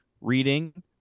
reading